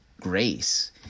grace